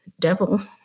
devil